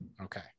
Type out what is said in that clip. Okay